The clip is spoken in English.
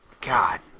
God